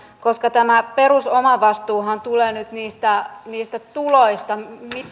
koska tämä perusomavastuuhan tulee nyt niistä niistä tuloista